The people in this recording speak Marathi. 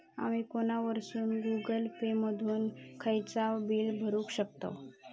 आमी फोनवरसून गुगल पे मधून खयचाव बिल भरुक शकतव